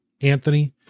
anthony